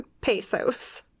pesos